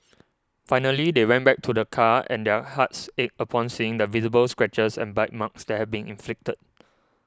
finally they went back to their car and their hearts ached upon seeing the visible scratches and bite marks that had been inflicted